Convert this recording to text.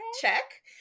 check